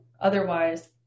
Otherwise